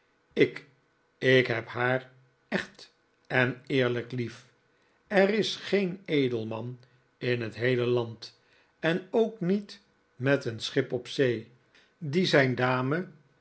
ik ik heb haar echt en eerlijk lief er is geen edelman in het heele land en ook niet met een schip op zee die zijn